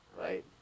right